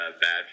bad